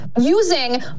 using